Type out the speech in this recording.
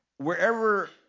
Wherever